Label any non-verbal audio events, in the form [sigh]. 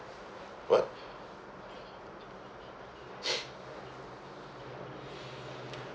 what [noise] [breath]